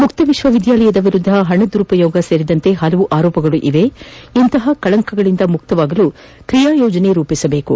ಮುಕ್ತ ವಿವಿ ವಿರುದ್ದ ಹಣ ದುರ್ಬಳಕೆ ಸೇರಿದಂತೆ ಹಲವು ಆರೋಪಗಳಿದ್ದು ಇಂತಹ ಕಳಂಕಗಳಿಂದ ಮುಕ್ತರಾಗಲು ಕ್ರಿಯಾ ಯೋಜನೆ ರೂಪಿಸಬೇಕು